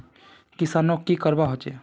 किसानोक की करवा होचे?